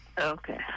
Okay